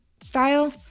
style